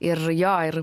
ir jo ir